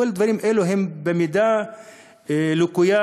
כל הדברים האלה הם במידה רבה לקויים